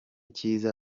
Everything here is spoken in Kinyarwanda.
cyiza